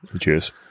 Cheers